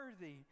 worthy